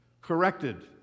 corrected